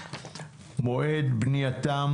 מועד בנייתן